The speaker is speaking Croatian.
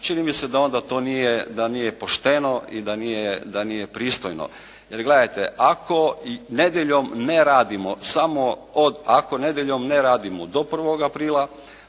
čini mi se da to onda nije pošteno i da nije pristojno. Jer gledajte ako nedjeljom ne radimo do 1. aprila